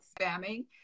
spamming